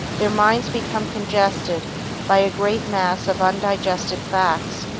their minds become congested by a great mass of undigested facts,